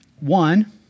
One